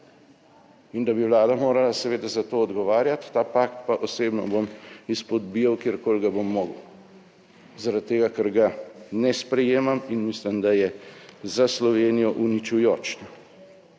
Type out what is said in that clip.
In da bi Vlada morala seveda za to odgovarjati. Ta pakt pa osebno bom izpodbijal kjerkoli ga bom mogel, zaradi tega, ker ga ne sprejemam in mislim, da je za Slovenijo uničujoč.